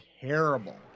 terrible